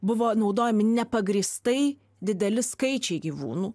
buvo naudojami nepagrįstai dideli skaičiai gyvūnų